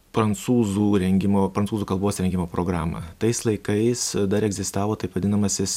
prancūzų rengimo prancūzų kalbos rengimo programą tais laikais dar egzistavo taip vadinamasis